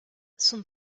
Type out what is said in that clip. son